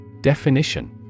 Definition